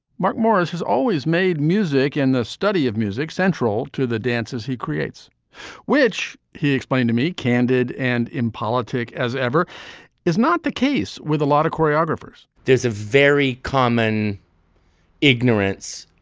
mark morris has always made music in and the study of music central to the dances he creates which he explained to me candid and impolitic as ever is not the case with a lot of choreographers there's a very common ignorance